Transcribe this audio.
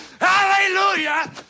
Hallelujah